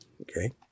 okay